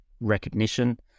recognition